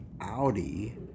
Audi